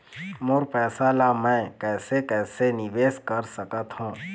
मोर पैसा ला मैं कैसे कैसे निवेश कर सकत हो?